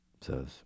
says